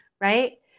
right